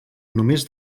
només